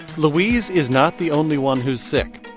louise is not the only one who's sick.